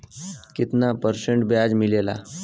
कितना परसेंट ब्याज मिलेला?